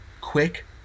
quick